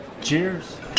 Cheers